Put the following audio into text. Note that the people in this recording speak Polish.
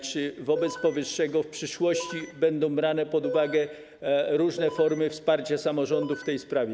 Czy wobec powyższego w przyszłości będą brane pod uwagę różne formy wsparcia samorządów w tej sprawie?